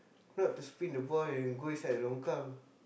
not to spin the ball and go inside the longkang